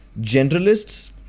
generalists